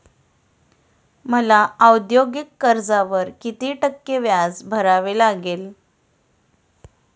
मला औद्योगिक कर्जावर किती टक्के व्याज भरावे लागेल?